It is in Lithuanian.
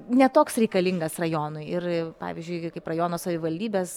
ne toks reikalingas rajonui ir pavyzdžiui kaip rajono savivaldybės